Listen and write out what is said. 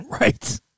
Right